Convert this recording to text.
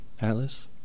Atlas